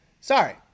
Sorry